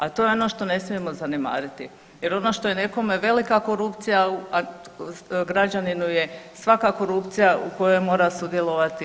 A to je ono što ne smijemo zanemariti jer ono što je nekome velika korupcija, a građaninu je svaka korupcija u kojoj mora sudjelovati velika.